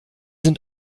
sind